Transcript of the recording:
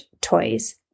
toys